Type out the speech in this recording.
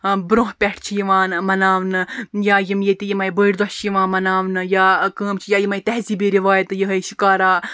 برونٛہہ پیٚٹھ چھِ یِوان مَناونہٕ یا یِم ییٚتہِ یِمے بٔڑھ دۄہ چھِ یِوان مَناونہٕ یا کٲم چھِ یا یِمے تہذیٖبی رِوایتہٕ یِہے شِکارا